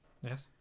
Yes